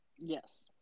Yes